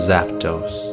Zapdos